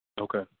Okay